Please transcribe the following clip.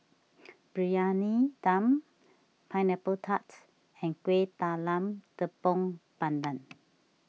Briyani Dum Pineapple Tarts and Kuih Talam Tepong Pandan